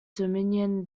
dominion